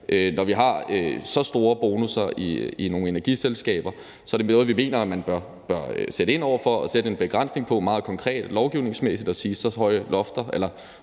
Når vi har så store bonusser i nogle energiselskaber, er det noget, vi mener at man bør sætte ind over for og sætte en begrænsning på meget konkret lovgivningsmæssigt og sige: Så høje bonusser